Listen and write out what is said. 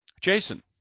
Jason